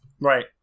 Right